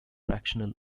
fractional